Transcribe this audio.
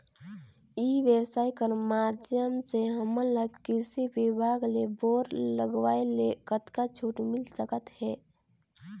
ई व्यवसाय कर माध्यम से हमन ला कृषि विभाग ले बोर लगवाए ले कतका छूट मिल सकत हे?